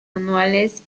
anuales